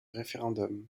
référendum